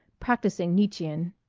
practising nietzschean.